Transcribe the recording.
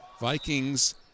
Vikings